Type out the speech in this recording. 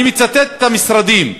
אני מצטט את המשרדים: